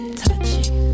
touching